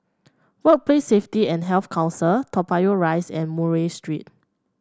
Workplace Safety and Health Council Toa Payoh Rise and Murray Street